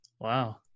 Wow